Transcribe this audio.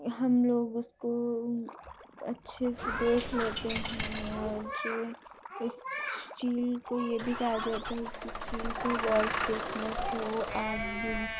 ہم لوگ اس کو اچھے سے دیکھ لیتے ہیں اور جے اس چیل کو یہ بھی کہا جاتا ہے کہ چیل کو غور سے دیکھنے سے وہ آنکھ بھی